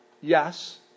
yes